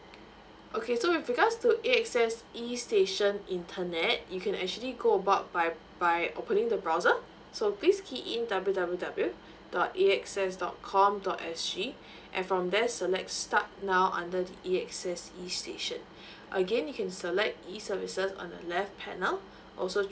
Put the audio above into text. okay so with regards to A_X_S E station internet you can actually go about by by opening the browser so please key in W W W dot A_X_S dot com dot S G and from there select start now under the A_X_S E station again you can select E services on the left panel also